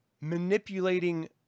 manipulating